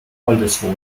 oldesloe